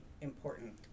important